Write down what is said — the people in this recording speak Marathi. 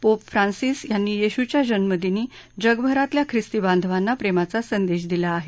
पोप फ्रांसीस यांनी येशूच्या जन्मदिनी जगभरातल्या ख्रिस्ती बांधवांना प्रेमाचा संदेश दिला आहे